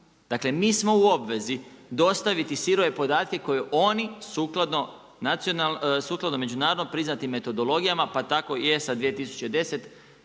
dakle mi smo u obvezi dostaviti sirove podatke koje oni sukladno međunarodnim priznati metodologijama pa tako i ESA 2010